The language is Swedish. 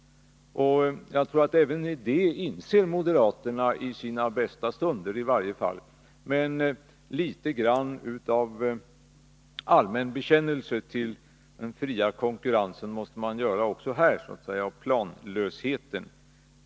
Jag tror att moderaterna även inser det, i sina bästa stunder i varje fall. Men litet grand av allmän bekännelse till den fria konkurrensen och planlösheten måste man göra också här.